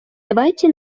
давайте